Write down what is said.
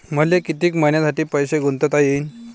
मले कितीक मईन्यासाठी पैसे गुंतवता येईन?